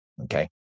okay